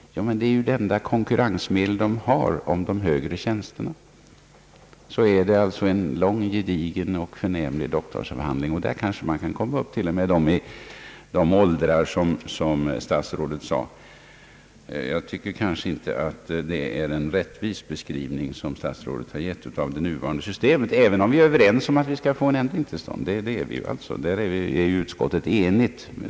Svaret blir att det enda konkurrensmedel de har om de högre tjänsterna är en lång, gedigen och förnämlig doktorsavhandling. Där kan man kanske till och med komma upp i de åldrar som statsrådet nämnde. Statsrådet har dock enligt min mening inte gett en rättvis beskrivning av det nuvarande systemet, även om vi är överens om att en ändring bör komma till stånd. Därvidlag är utskottet också enigt.